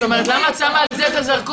זאת אומרת, למה את שמה על זה את הזרקור?